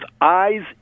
eyes